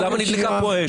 למה נדלקה פה אש?